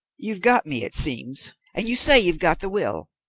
you've got me, it seems, and you say you've got the will.